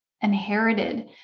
inherited